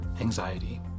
anxiety